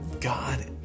god